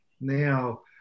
now